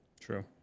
True